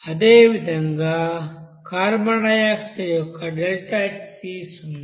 అదేవిధంగా carbon dioxide యొక్క ΔHc సున్నా